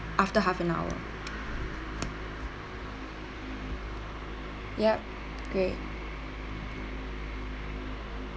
after half an hour yup great